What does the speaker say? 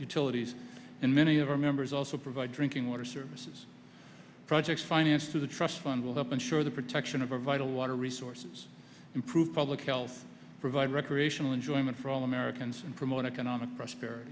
utilities and many of our members also provide drinking water services projects financed through the trust fund will help ensure the protection of our vital water resources improve public health provide recreational enjoyment for all americans and promote economic prosperity